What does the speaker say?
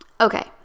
Okay